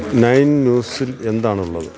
nine ന്യൂസിൽ എന്താണുള്ളത്